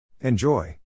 Enjoy